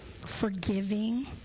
forgiving